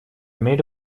мере